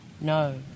no